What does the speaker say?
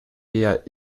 eher